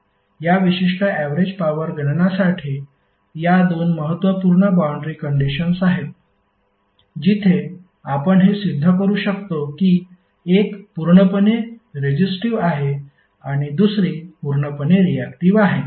या विशिष्ट average power गणनासाठी या दोन महत्त्वपूर्ण बाऊंड्री कंडिशन्स आहेत जिथे आपण हे सिद्ध करू शकतो की एक पूर्णपणे रेजिस्टिव्ह आहे आणि दुसरी पूर्णपणे रीऍक्टिव आहे